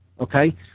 okay